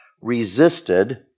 resisted